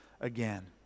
again